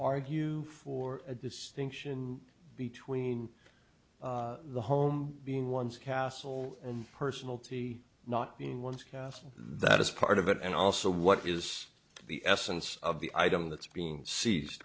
argue for a distinction between the home being one's castle and personal t not being one's castle that is part of it and also what is the essence of the item that's being se